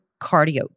cardio